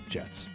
Jets